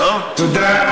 תודה.